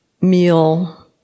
meal